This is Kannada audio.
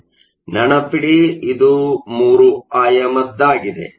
ನೆನಪಿಡಿ ಇದು 3 ಆಯಾಮದ್ದಾಗಿದೆ